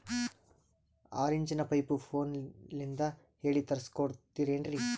ಆರಿಂಚಿನ ಪೈಪು ಫೋನಲಿಂದ ಹೇಳಿ ತರ್ಸ ಕೊಡ್ತಿರೇನ್ರಿ?